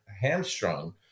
hamstrung